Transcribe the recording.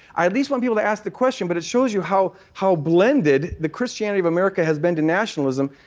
i at least want people to ask the question, but it shows you how how blended the christianity of america has been to nationalism.